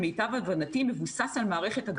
מה זה אומר ספציפיות מעל 100%?